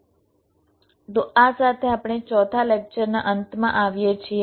તો આ સાથે આપણે ચોથા લેક્ચરના અંતમાં આવીએ છીએ